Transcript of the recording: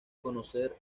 conocer